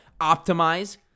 optimize